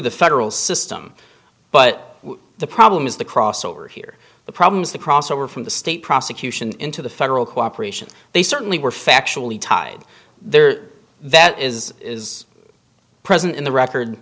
the federal system but the problem is the cross over here the problems the crossover from the state prosecution into the federal cooperation they certainly were factually tied there that is is present in the record